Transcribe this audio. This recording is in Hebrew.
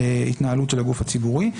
ההתנהלות של הגוף הציבורי.